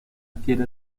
quiera